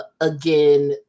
again